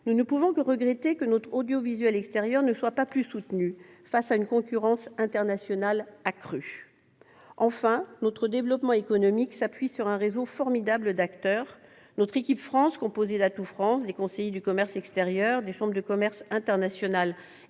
nous ne pouvons que regretter que notre audiovisuel extérieur ne soit pas plus soutenu face à une concurrence internationale accrue. Enfin, notre développement économique s'appuie sur un réseau formidable d'acteurs. Notre « équipe France », composée d'Atout France, des conseillers du commerce extérieur, de la Chambre de commerce internationale